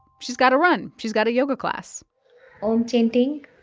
she's got to run. she's got a yoga class om chanting